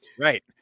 Right